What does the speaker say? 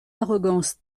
arrogance